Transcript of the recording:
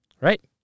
Right